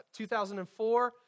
2004